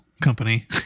Company